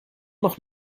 noch